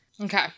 Okay